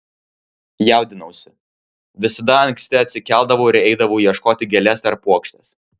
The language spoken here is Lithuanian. jaudinausi visada anksti atsikeldavau ir eidavau ieškoti gėlės ar puokštės